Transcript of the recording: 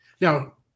now